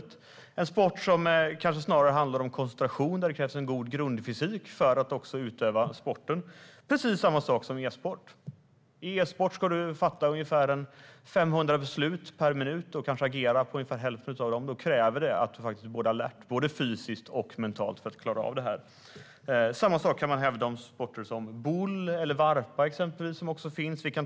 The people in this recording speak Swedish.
Det är en sport som snarast handlar om koncentration och som kräver en god grundfysik för att kunna utövas. Precis samma sak gäller för e-sport. I e-sport ska du fatta ungefär 500 beslut per minut och agera på kanske hälften av dem. För att klara av det krävs att du är alert både fysiskt och mentalt. Detsamma kan man hävda om sporter som boule och varpa, som också finns.